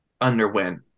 underwent